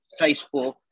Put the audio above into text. Facebook